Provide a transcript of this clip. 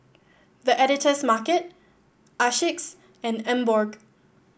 The Editor's Market Asics and Emborg